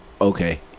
Okay